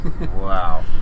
Wow